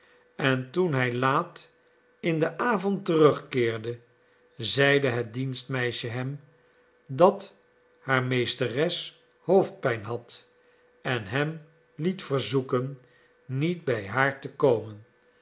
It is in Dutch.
en toen hij laat in den avond terugkeerde zeide het dienstmeisje hem dat haar meesteres hoofdpijn had en hem liet verzoeken niet bij haar te komen